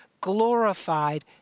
glorified